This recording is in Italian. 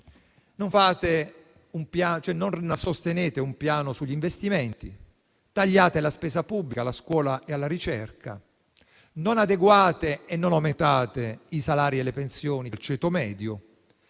Non sostenete un piano sugli investimenti, tagliate la spesa pubblica alla scuola e alla ricerca, non adeguate e non aumentate i salari e le pensioni del ceto medio.